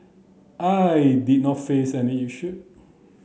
I did not face any issue